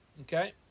Okay